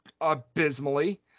abysmally